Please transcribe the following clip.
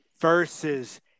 versus